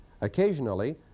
Occasionally